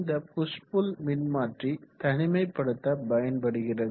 இந்த push pull மின்மாற்றி தனிமைப்படுத்த பயன்படுகிறது